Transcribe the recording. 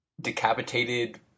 decapitated